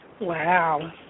Wow